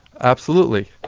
absolutely.